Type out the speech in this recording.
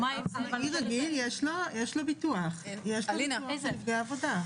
לעצמאי רגיל יש ביטוח נפגעי עבודה.